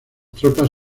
tropas